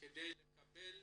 כדי לקבל